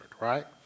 right